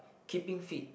keeping fit